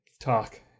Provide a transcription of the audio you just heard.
Talk